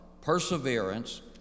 perseverance